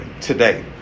today